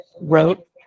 wrote